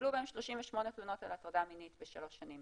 קיבלו בהם 38 תלונות על הטרדה מינית בשלוש שנים,